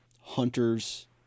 hunters